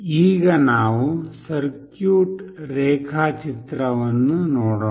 ಈಗ ನಾವು ಸರ್ಕ್ಯೂಟ್ ರೇಖಾಚಿತ್ರವನ್ನು ನೋಡೋಣ